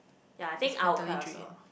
yea I think I will cry also